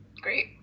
great